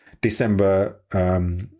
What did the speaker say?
December